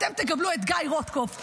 אתם תקבלו את גיא רוטקופף.